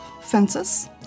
fences